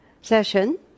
session